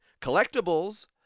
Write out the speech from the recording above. collectibles